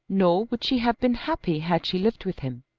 nor would she have been happy had she lived with him.